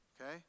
okay